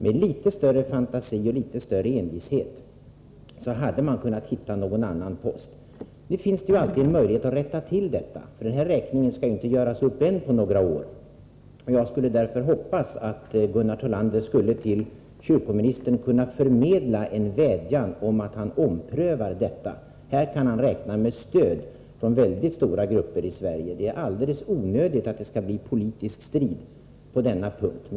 Med litet större fantasi och litet större envishet hade man kunnat hitta någon annan post. Nu finns det alltid en möjlighet att rätta till detta. Den här räkningen skall juinte göras upp än på några år. Jag hoppas därför att Gunnar Thollander till kyrkoministern skulle kunna förmedla en vädjan om att han omprövar detta. Här kan han räkna med stöd från mycket stora grupper i Sverige. Det är alldeles onödigt att det skall bli politisk strid på denna punkt.